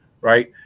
right